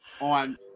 on